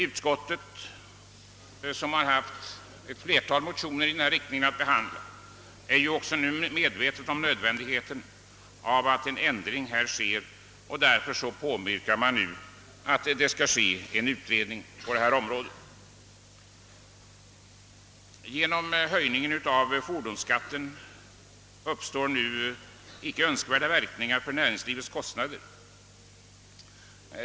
Utskottet, som har haft ett flertal motioner i samma riktning att behandla, är också medvetet om nödvändigheten av att en ändring kommer till stånd och yrkar därför på en utredning på detta område. Genom höjningen av fordonsskatten uppstår icke önskvärda verkningar för näringslivets kostnader.